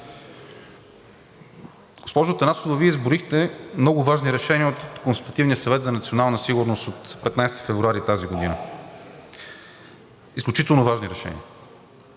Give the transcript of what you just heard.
Госпожо Атанасова, Вие изброихте много важни решения от Консултативния съвет за национална сигурност от 15 февруари тази година – изключително важни решения.